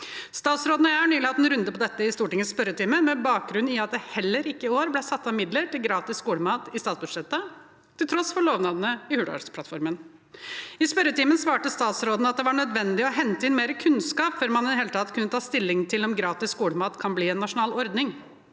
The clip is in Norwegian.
Statsråden og jeg har nylig hatt en runde på dette i Stortingets spørretime med bakgrunn i at det heller ikke i år ble satt av midler til gratis skolemat i statsbudsjettet, til tross for lovnadene i Hurdalsplattformen. I spørretimen svarte statsråden at det var nødvendig å hente inn mer kunnskap før man i det hele tatt kunne ta stilling til om gratis skolemat kan bli en nasjonal ordning.